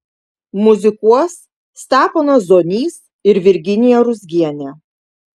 muzikuos steponas zonys ir virginija ruzgienė